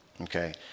okay